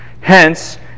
Hence